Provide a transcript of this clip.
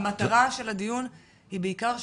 המטרה של הדיון היא בעיקר שקיפות.